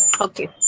Okay